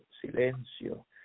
silencio